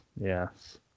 Yes